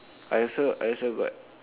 I also I also got